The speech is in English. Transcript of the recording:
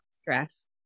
stress